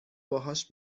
باهاش